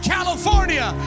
California